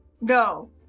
No